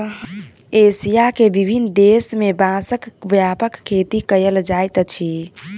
Asia के विभिन्न देश में बांसक व्यापक खेती कयल जाइत अछि